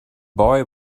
boy